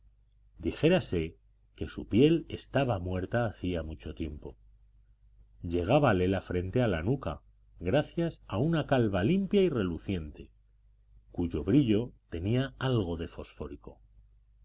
momia dijérase que su piel estaba muerta hacía mucho tiempo llegábale la frente a la nuca gracias a una calva limpia y reluciente cuyo brillo tenía algo de fosfórico